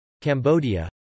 Cambodia